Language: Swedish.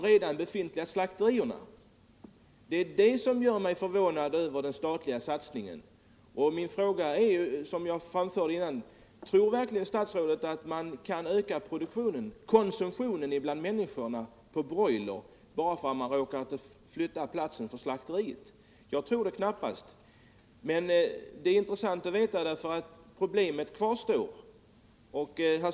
Jag framför därför återigen min fråga: Tror verkligen statsrådet att man kan öka konsumtionen av broiler bland människorna bara genom att ändra slakteriets förläggningsort? Jag tror det knappast, men det är intressant att få detta besked, eftersom problemet kvarstår.